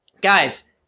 Guys